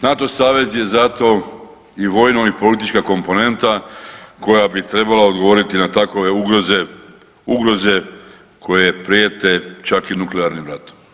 NATO savez je zato i vojno i politička komponenta koja bi trebala odgovoriti na takove ugroze, ugroze koje prijete čak i nuklearnim ratom.